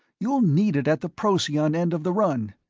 you'll need it at the procyon end of the run.